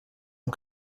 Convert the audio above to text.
amb